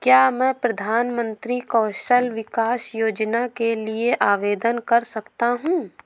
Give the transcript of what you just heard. क्या मैं प्रधानमंत्री कौशल विकास योजना के लिए आवेदन कर सकता हूँ?